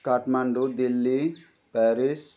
Kathmandu Delhi Paris